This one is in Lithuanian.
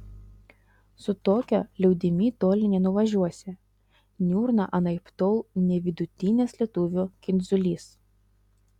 su tokia liaudimi toli nenuvažiuosi niurna anaiptol ne vidutinis lietuvių kindziulis